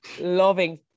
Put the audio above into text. Loving